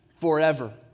forever